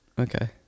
Okay